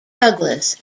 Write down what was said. douglas